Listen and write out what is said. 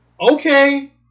Okay